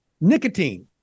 nicotine